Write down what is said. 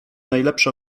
najlepsze